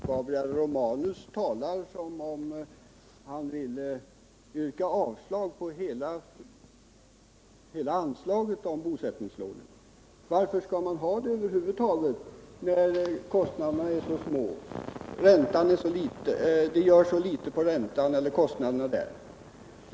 Herr talman! Gabriel Romanus talar som om han ville yrka avslag när det gäller hela anslaget till bosättningslån. Men varför skall man över huvud taget ha det, när det rör sig om så små kostnader och det gör så litet också på kostnaderna för räntan?